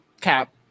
Cap